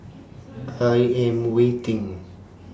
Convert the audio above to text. I Am waiting